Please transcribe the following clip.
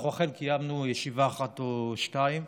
אנחנו אכן קיימנו ישיבה אחת או שתיים.